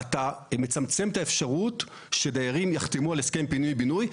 אתה מצמצם את האפשרות שדיירים יחתמו על הסכם פינוי בינוי,